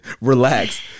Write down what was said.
Relax